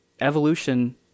evolution